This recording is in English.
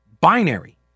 binary